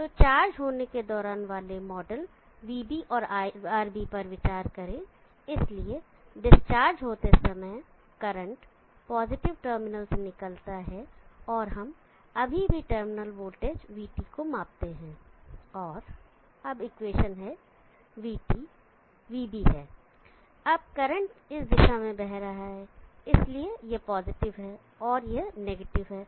तो चार्ज होने के दौरान वाले मॉडल vB और RB पर विचार करें इसलिए डिस्चार्ज होते समय करंट पॉजिटिव टर्मिनल से निकलता है और हम अभी भी टर्मिनल वोल्टेज vT को मापते हैं और अब इक्वेशन है vT vB है अब करंट इस दिशा में बह रहा है इसलिए यह पॉजिटिव है और यह नेगेटिव है